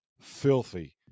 filthy